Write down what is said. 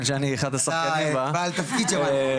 אני אחד השחקנים בה --- בעל תפקיד בה.